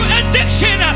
addiction